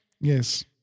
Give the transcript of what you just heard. Yes